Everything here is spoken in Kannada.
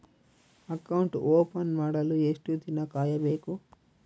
ಅಕೌಂಟ್ ಓಪನ್ ಮಾಡಲು ಎಷ್ಟು ದಿನ ಕಾಯಬೇಕು?